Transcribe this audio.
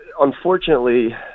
Unfortunately